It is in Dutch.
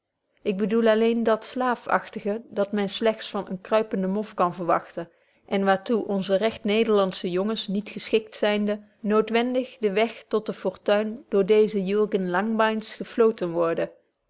ik bedoel alleen dat slaafachtige dat men slegts van eenen kruipenden mof kan verwagten en waar toe onze regt nederlandsche jongens niet geschikt zynde noodwendig den weg tot de fortuin door deeze jurgens langbeins geflooten worden